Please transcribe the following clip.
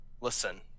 Listen